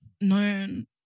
known